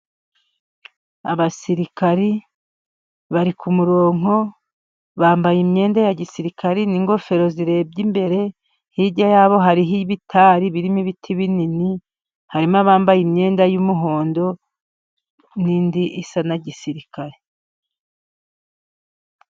Abasirikari bari ku muronko bambaye imyenda ya gisirikari n'ingofero zirebye imbere, hirya yabo hariho ibitari birimo ibiti binini ,harimo abambaye imyenda y'umuhondo n'indi isa na gisirikare.